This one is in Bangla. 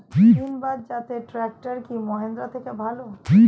সিণবাদ জাতের ট্রাকটার কি মহিন্দ্রার থেকে ভালো?